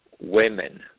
women